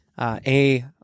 A-